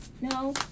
No